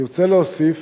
אני רוצה להוסיף